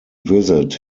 visit